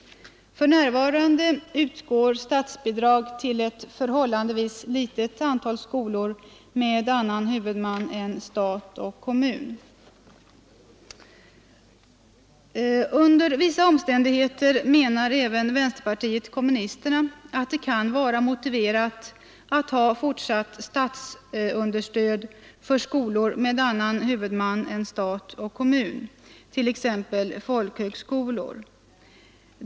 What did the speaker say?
För närvarande utgår statsbidrag till ett förhållandevis litet antal skolor med annan huvudman än stat och kommun. Under vissa omständigheter menar även vänsterpartiet kommunisterna att det kan vara motiverat med fortsatt statsunderstöd för skolor med annan huvudman än stat och kommun, t.ex. för folkhögskolor.